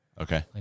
Okay